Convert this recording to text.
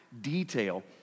detail